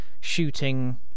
shooting